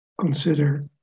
consider